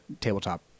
tabletop